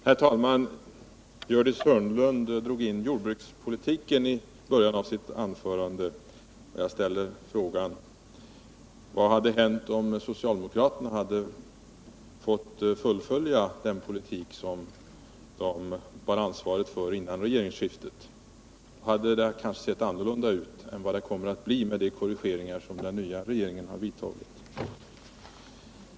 Herr talman! Gördis Hörnlund drog in jordbrukspolitiken i början av sitt anförande. Jag ställer frågan: Vad hade hänt om socialdemokraterna hade fått fullfölja den politik som de bar ansvaret för innan regeringsskiftet skedde? Då hade det kanske sett annorlunda ut mot vad det kommer att göra efter de korrigeringar som den nya regeringen har vidtagit.